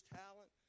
talent